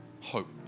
hope